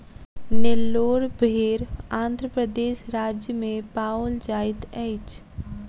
नेल्लोर भेड़ आंध्र प्रदेश राज्य में पाओल जाइत अछि